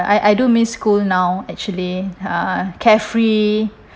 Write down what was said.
I I do miss school now actually uh carefree